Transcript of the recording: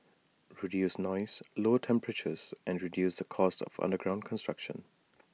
reduce noise lower temperatures and reduce the cost of underground construction